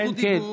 כן, כן.